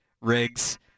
rigs